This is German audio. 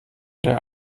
der